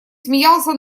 смеялся